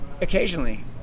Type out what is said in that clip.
Occasionally